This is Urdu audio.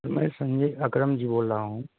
میں سنجے اکرم جی بول رہا ہوں